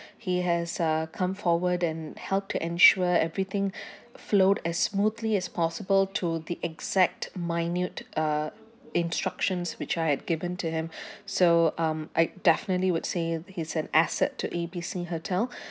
he has uh come forward and help to ensure everything flowed as smoothly as possible to the exact minute uh instructions which I had given to him so um I definitely would say he's an asset to A B C hotel